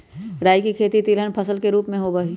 राई के खेती तिलहन फसल के रूप में होबा हई